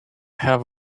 have